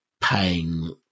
paying